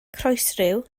croesryw